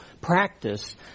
Practice